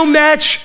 match